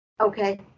Okay